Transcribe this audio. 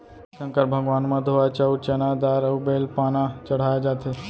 संकर भगवान म धोवा चाउंर, चना दार अउ बेल पाना चड़हाए जाथे